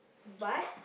but